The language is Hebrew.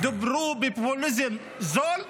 דיברו בפופוליזם זול,